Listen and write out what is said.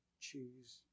choose